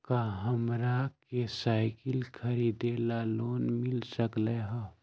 का हमरा के साईकिल खरीदे ला लोन मिल सकलई ह?